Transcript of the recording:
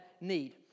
need